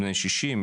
בני שישים,